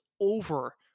over